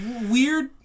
Weird